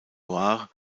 loire